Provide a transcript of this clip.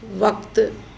वक़्तु